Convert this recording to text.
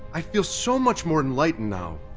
i feel so much more enlightened now!